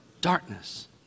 Darkness